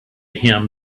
him